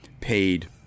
paid